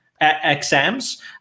exams